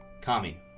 Kami